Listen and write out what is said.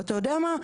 אתה יודע מה?